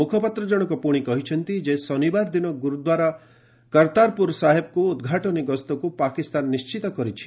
ମୁଖପାତ୍ର ଜଶକ ପୁଣି କହିଛନ୍ତି ଯେ ଶନିବାର ଦିନ ଗୁରୁଦ୍ୱାରା କର୍ତ୍ତାରପୁର ସାହିବକୁ ଉଦ୍ଘାଟନୀ ଗସ୍ତକୁ ପାକିସ୍ତାନ ନିଶିତ କରିଛି